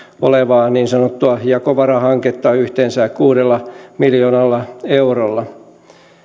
olevaa niin sanottua jakovarahanketta yhteensä kuudella miljoonalla eurolla